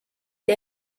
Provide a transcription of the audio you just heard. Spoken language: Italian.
the